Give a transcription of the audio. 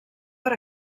per